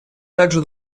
также